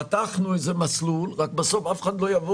פתחנו איזה מסלול אבל בסוף אם אף אחד לא יבוא